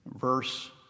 Verse